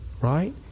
Right